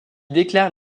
déclare